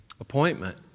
appointment